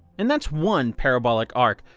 and that's one parabolic arc,